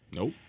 Nope